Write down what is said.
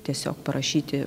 tiesiog parašyti